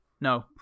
No